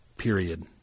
period